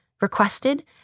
requested